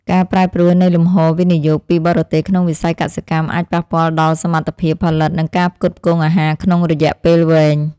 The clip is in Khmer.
ការប្រែប្រួលនៃលំហូរវិនិយោគពីបរទេសក្នុងវិស័យកសិកម្មអាចប៉ះពាល់ដល់សមត្ថភាពផលិតនិងការផ្គត់ផ្គង់អាហារក្នុងរយៈពេលវែង។